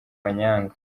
manyanga